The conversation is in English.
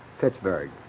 Pittsburgh